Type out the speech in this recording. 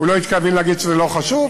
הוא לא התכוון להגיד שזה לא חשוב,